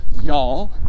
y'all